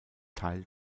teil